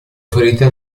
ferite